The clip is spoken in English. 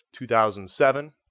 2007